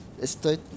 Estoy